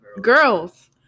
girls